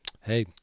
hey